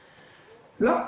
לא.